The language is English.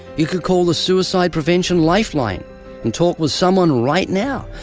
you could call the suicide prevention lifeline and talk with someone right now.